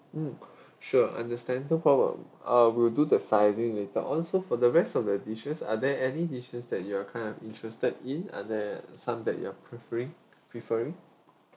mm sure understand no problem uh we'll do the sizing later on so for the rest of the dishes are there any dishes that you're kind of interested in are there some that you're preferring preferring